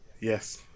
Yes